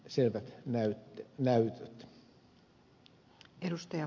tästä on selvät näytöt